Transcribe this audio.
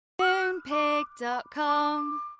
Moonpig.com